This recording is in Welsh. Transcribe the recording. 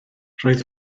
roedd